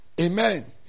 Amen